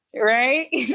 right